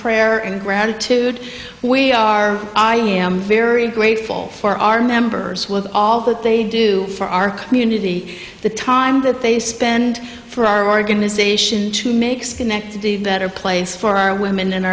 prayer and gratitude we are very grateful for our members with all that they do for our community the time that they spend for our organization to make schenectady better place for our women and